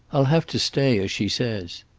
i'll have to stay, as she says.